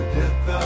death